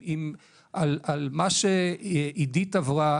אם על מה שאידית עברה